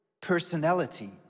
personality